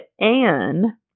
Anne